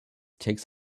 takes